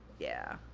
yeah,